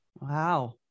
Wow